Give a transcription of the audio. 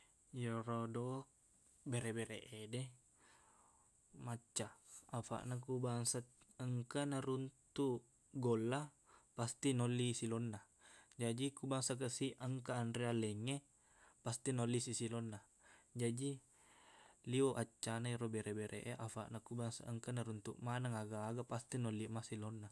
Iyarodo bere-bereq ede macca afaqna ku bangsa engka naruntuk golla pasti naolliq silonna jaji ko bangsa kasiq engka anreang laingnge pasti naolliqsi silonna jaji liweq accana ero bere-bereq e afaqna ko bangsa engka naruntuk maneng aga-aga pasti naolliq ma silonna